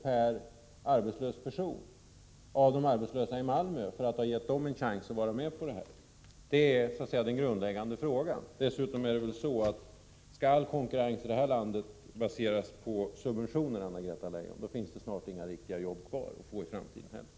per arbetslös person i Malmö, så att dessa människor hade fått en chans att vara med i fråga om det här projektet? Det är den grundläggande frågan. Dessutom är det väl så, Anna-Greta Leijon, att om konkurrens i det här landet skall baseras på subventioner, finns det snart inga riktiga jobb kvar för framtiden heller.